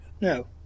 No